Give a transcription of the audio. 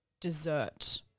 dessert